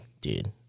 dude